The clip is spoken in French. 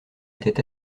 était